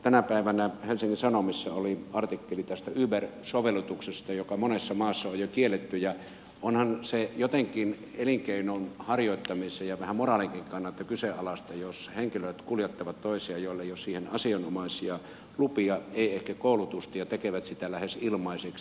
tänä päivänä helsingin sanomissa oli artikkeli uber sovellutuksesta joka monessa maassa on jo kielletty ja onhan se jotenkin elinkeinon harjoittamisen ja vähän moraalinkin kannalta kyseenalaista jos toisia kuljettavat henkilöt joilla ei ole siihen asianomaisia lupia ei ehkä koulutusta ja tekevät sitä lähes ilmaiseksi